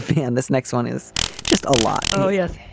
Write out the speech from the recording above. and this next one is just a lot. oh yes.